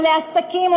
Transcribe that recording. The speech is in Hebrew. או לעסקים,